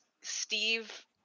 steve